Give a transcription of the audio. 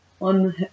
on